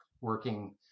working